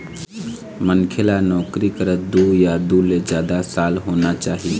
मनखे ल नउकरी करत दू या दू ले जादा साल होना चाही